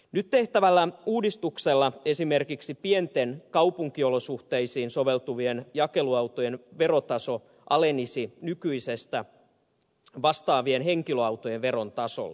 nyt tehtävällä uudistuksella esimerkiksi pienten kaupunkiolosuhteisiin soveltuvien jakeluautojen verotaso alenisi nykyisestä vastaavien henkilöautojen veron tasolle